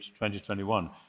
2021